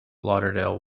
lauderdale